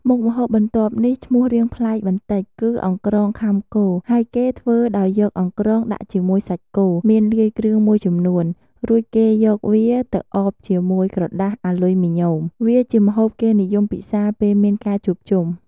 មុខម្ហូបបន្ទាប់នេះ ឈ្មោះរាងប្លែកបន្តិចគឺ អង្រ្កងខាំគោ ហើយគេធ្វើដោយយកអង្រ្កងដាក់ជាមួយសាច់គោ មានលាយគ្រឿងមួយចំនួន រួចគេយកវាទៅអបជាមួយក្រដាសអាលុយមីញ៉ូម។ វាជាម្ហូបគេនិយមពិសាពេលមានការជួបជុំ។